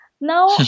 Now